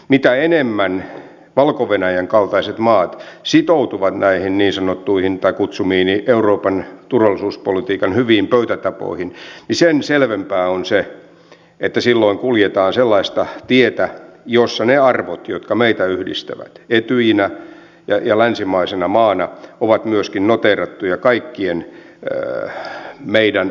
mitä enemmän valko venäjän kaltaiset maat sitoutuvat näihin kutsumiini euroopan turvallisuuspolitiikan hyviin pöytätapoihin niin sen selvempää on se että silloin kuljetaan sellaista tietä jossa ne arvot jotka meitä yhdistävät etyjinä ja länsimaisena maana ovat myöskin noteerattuja kaikkien meidän osanottajien kesken